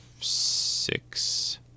Six